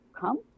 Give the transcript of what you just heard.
come